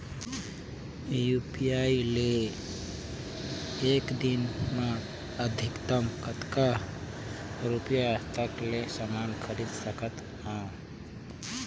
UPI ले एक दिन म अधिकतम कतका रुपिया तक ले समान खरीद सकत हवं?